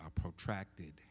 protracted